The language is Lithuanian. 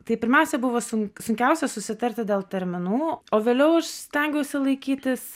tai pirmiausia buvo sun sunkiausia susitarti dėl terminų o vėliau aš stengiausi laikytis